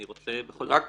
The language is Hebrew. אני רוצה בכל זאת,